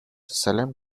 salem